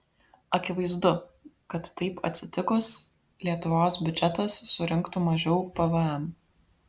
akivaizdu kad taip atsitikus lietuvos biudžetas surinktų mažiau pvm